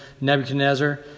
Nebuchadnezzar